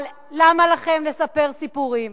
אבל למה לכם לספר סיפורים?